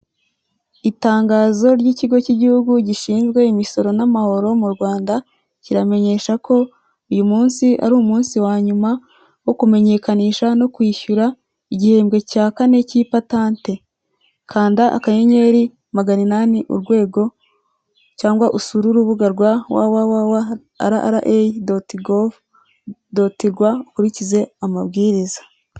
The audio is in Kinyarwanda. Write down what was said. Itangazo ry'ikigo cy'igihugu gishinzwe imisoro n'amahoro mu Rwanda, kiramenyesha ko uyu munsi ari umunsi wa nyuma wo kumenyekanisha no kwishyura igihembwe cya kane cy'ipatante. Kanda akanyenyeri magana inani urwego cyangwa usure urubuga rwa www.rra.gov.rw ukurikize amabwiriza.